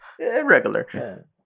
Regular